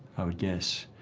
i would guess.